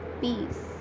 peace